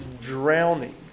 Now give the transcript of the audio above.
drowning